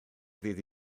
ddydd